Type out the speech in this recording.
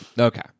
okay